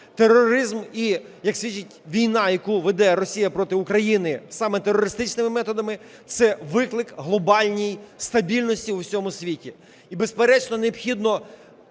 Тероризм, і як свідчить війна, яку веде Росія проти України саме терористичними методами, – це виклик глобальній стабільності у всьому світі. І безперечно, необхідно